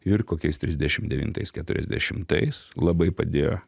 ir kokiais trisdešimt devintais keturiasdešimtais labai padėjo